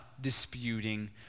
disputing